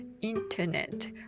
internet